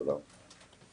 אליפות עולם.